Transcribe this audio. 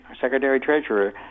Secretary-Treasurer